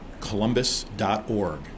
columbus.org